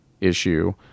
issue